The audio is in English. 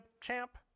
champ